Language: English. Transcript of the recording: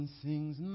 sings